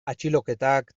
atxiloketak